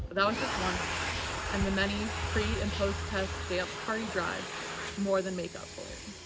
that was just once and the many pre and post-tests dance party drives more than make up for it